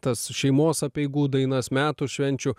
tas šeimos apeigų dainas metų švenčių